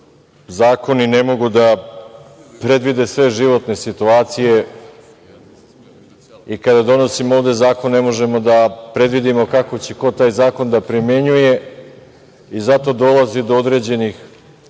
zakoni ne mogu da predvide sve životne situacije, i kada donosimo ovde zakon, ne možemo da predvidimo kako će ko taj zakon da primenjuje i zato dolazi do određenih